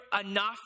enough